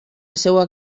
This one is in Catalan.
seua